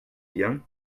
bien